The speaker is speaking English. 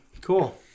Cool